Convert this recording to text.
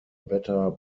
better